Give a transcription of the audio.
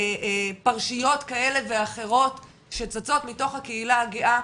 פרשיות כאלה ואחרות שצצות מתוך הקהילה הגאה,